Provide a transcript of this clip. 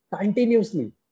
continuously